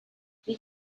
did